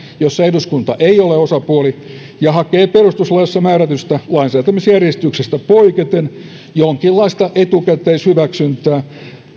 jossa eduskunta ei ole osapuoli ja hakee perustuslaissa määrätystä lainsäätämisjärjestyksestä poiketen jonkinlaista etukäteishyväksyntää